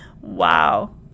Wow